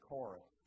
Corinth